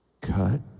Cut